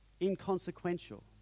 inconsequential